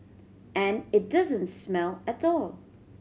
and it doesn't smell at all